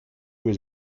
was